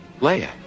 Leia